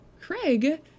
Craig